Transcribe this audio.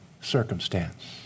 circumstance